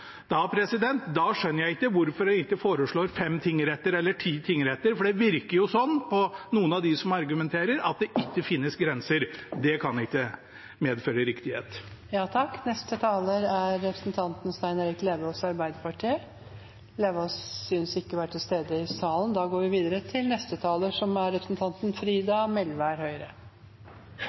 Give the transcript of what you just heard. Da skjønner jeg ikke hvorfor de ikke foreslår fem eller ti tingretter, for det virker jo sånn på noen av dem som argumenterer, at det ikke finnes grenser. Det kan ikke medføre riktighet. I dag er eg skikkeleg stolt. Som representant for Sogn og Fjordane valkrets er eg stolt over at forslaget frå regjeringa til ny domstolstruktur baserer seg på ein modell som